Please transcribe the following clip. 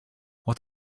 what